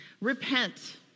Repent